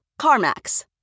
CarMax